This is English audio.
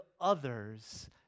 others